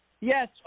Yes